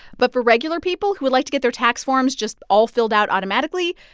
but for regular people who'd like to get their tax forms just all filled out automatically,